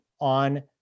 on